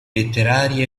letterari